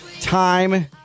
time